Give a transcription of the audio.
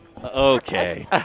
Okay